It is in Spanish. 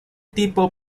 tipo